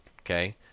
okay